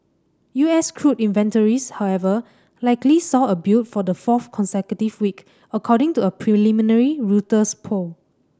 U S crude inventories however likely saw a build for the fourth consecutive week according to a preliminary Reuters poll